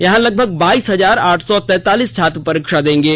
यहां लगभग बाईस हजार आठ सौ तैंतालीस छात्र परीक्षा देंगे